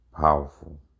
Powerful